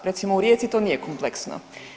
Recimo u Rijeci to nije kompleksno.